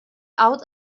out